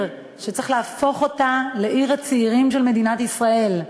שצריך להפוך אותה לעיר הצעירים של מדינת ישראל.